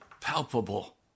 palpable